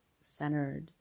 centered